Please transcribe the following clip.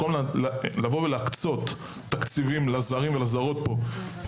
במקום להקצות תקציבים לזרים ולזרות פה,